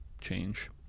change